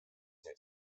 nüüd